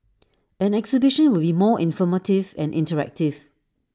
an exhibition would be more informative and interactive